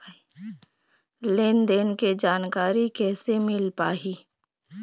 लेन देन के जानकारी कैसे मिल पाही?